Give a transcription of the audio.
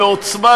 רחמנא